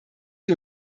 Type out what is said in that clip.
die